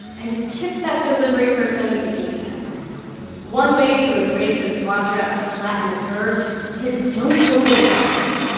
and tip that delivery person if you can one way to embrace this mantra of flatten the curve is don't go to the doctor.